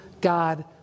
God